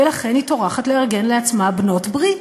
ולכן היא טורחת לארגן לעצמה בעלות-ברית.